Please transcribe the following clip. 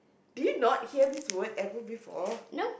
do you not hear this word ever before